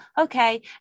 okay